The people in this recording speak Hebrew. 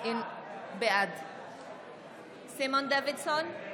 בעד סימון דוידסון,